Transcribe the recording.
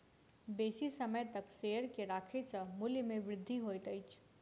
बेसी समय तक शेयर के राखै सॅ मूल्य में वृद्धि होइत अछि